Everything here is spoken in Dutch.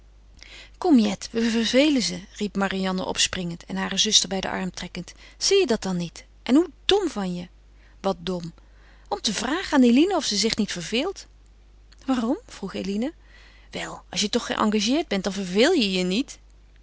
kom jet we vervelen ze riep marianne opspringend en hare zuster bij den arm trekkend zie je dat dan niet en hoe dom van je wat dom om te vragen aan eline of ze zich niet verveelt waarom vroeg eline wel als je toch geëngageerd bent dan verveel je je niet